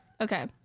Okay